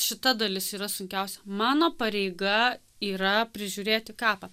šita dalis yra sunkiausia mano pareiga yra prižiūrėti kapą